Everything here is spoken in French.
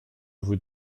vous